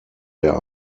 der